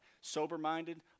Sober-minded